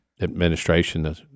administration